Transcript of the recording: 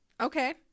Okay